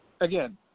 again